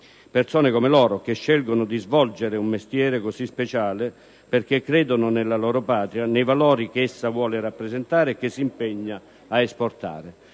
Persone come loro, che scelgono di svolgere un mestiere così speciale perché credono nella loro patria, nei valori che essa vuole rappresentare e che si impegna a esportare.